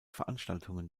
veranstaltungen